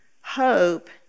hope